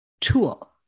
tool